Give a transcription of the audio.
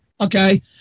okay